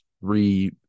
three